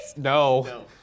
No